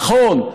נכון,